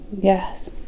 Yes